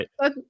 right